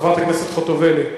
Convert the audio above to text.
חברת הכנסת חוטובלי?